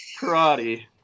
karate